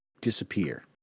disappear